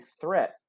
threat